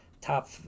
top